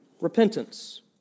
repentance